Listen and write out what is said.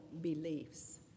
beliefs